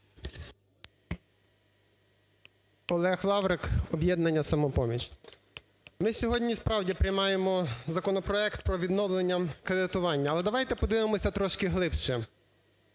Олег Лаврик, "Об'єднання "Самопоміч". Ми сьогодні, справді, приймаємо законопроект про відновлення кредитування, але давайте подивимося трошки глибше.